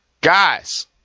guys